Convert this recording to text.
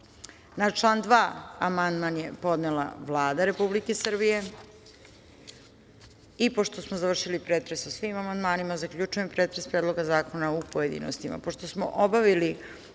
član 2. amandman je podnela Vlada Republike Srbije. Pošto smo završili pretres o svim amandmanima, zaključujem pretres Predloga zakona u pojedinostima. Pošto